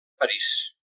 parís